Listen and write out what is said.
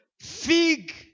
Fig